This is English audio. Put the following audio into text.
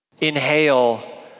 inhale